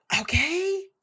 Okay